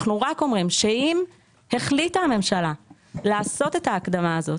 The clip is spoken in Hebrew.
אנחנו רק אומרים שאם החליטה הממשלה לעשות את ההקדמה הזאת,